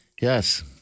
Yes